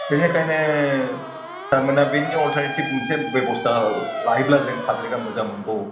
बेनिखायनो सारमोनहा बेनि अलटारनेटिभ मोनसे बेबस्था लायोब्ला जों पाब्लिकआ मोजां मोनगौ